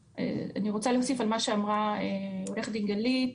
ואני רוצה להוסיף על מה שאמרה עורכת הדין גלית,